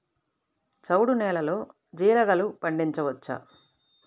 చవుడు నేలలో జీలగలు పండించవచ్చా?